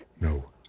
No